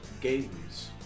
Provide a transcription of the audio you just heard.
games